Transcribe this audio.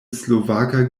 slovaka